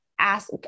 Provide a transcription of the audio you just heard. ask